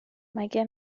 مگه